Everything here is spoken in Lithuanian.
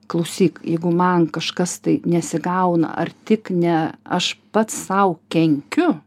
klausyk jeigu man kažkas tai nesigauna ar tik ne aš pats sau kenkiu